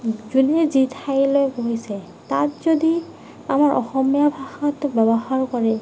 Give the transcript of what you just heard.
যোনে যি ঠাইলৈ গৈছে তাত যদি আমাৰ অসমীয়া ভাষাটো ব্যৱহাৰ কৰে